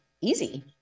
easy